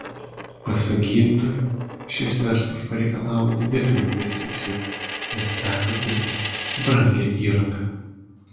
pasak gydytojo šis verslas pareikalavo didelių investicijų nes teko pirkti brangią įrangą